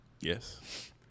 Yes